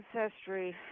ancestry